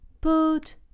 Put